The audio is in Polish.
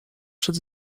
przed